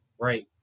right